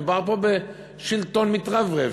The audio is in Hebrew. מדובר פה בשלטון מתרברב,